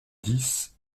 dix